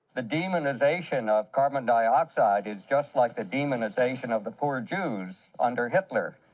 the demonization of carbon dioxide is just like the demonization of the poor jews under hitler.